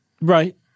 Right